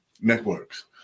networks